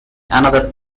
another